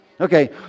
Okay